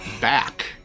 back